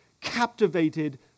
captivated